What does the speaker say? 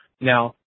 Now